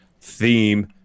theme